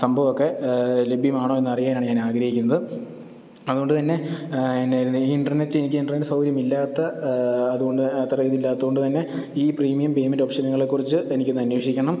സംഭവമൊക്കെ ലഭ്യമാണോയെന്ന് അറിയാനാണ് ഞാനാഗ്രഹിക്കുന്നത് അതു കൊണ്ടു തന്നെ എന്നായിരുന്നു ഇൻറ്റർനെറ്റ് എനിക്ക് ഇൻറ്റർനെറ്റ് സൗകര്യം ഇല്ലാത്ത അതുകൊണ്ട് അത്തരം ഇതില്ലാത്തതു കൊണ്ടു തന്നെ ഈ പ്രീമിയം പേയ്മെൻറ്റ് ഓപ്ഷനുകളെക്കുറിച്ച് എനിക്കൊന്നന്വേഷിക്കണം